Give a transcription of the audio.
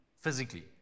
physically